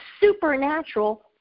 supernatural